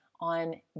on